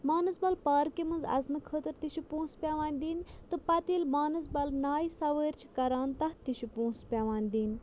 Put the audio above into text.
مانَسبَل پارکہِ منٛز اَژنہٕ خٲطرٕ تہِ چھِ پونٛسہٕ پیٚوان دِنۍ تہٕ پَتہٕ ییٚلہِ مانَسبَل نایہِ سَوٲرۍ چھِ کَران تَتھ تہِ چھِ پونٛسہٕ پیٚوان دِنۍ